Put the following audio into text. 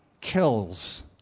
kills